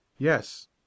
Yes